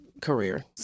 career